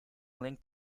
linked